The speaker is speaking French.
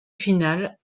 finale